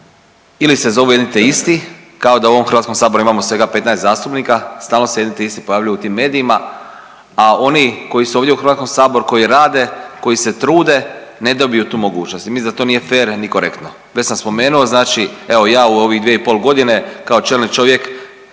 Ili se zovu jedni te isti kao da u ovom Hrvatskom saboru imamo svega 15 zastupnika, stalno se jedni te isti pojavljuju u tim medijima, a oni koji su ovdje u Hrvatskom saboru koji rade, koji se trude ne dobiju tu mogućnost. I mislim da to nije fer ni korektno. Već sam spomenuo znači evo ja u ovih 2,5 godine kao čelnik čovjek